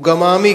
הוא גם מעמיק.